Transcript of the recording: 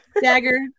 Dagger